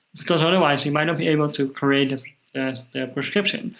because otherwise, he might not be able to create the prescription.